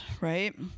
right